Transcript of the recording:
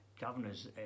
governors